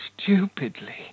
stupidly